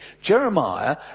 Jeremiah